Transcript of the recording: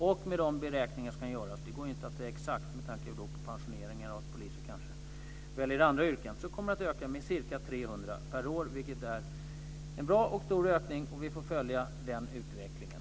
Utifrån de beräkningar som kan göras - detta går inte att förutsäga exakt, med tanke på pensioneringar och på att poliser kanske väljer andra yrken - kommer det att öka med ca 300 per år, vilket är en bra och stor ökning. Vi får följa den utvecklingen.